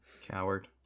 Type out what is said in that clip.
Coward